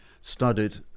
studied